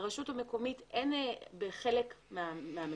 לרשות המקומית אין, בחלק מהמקומות,